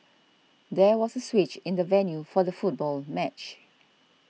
there was a switch in the venue for the football match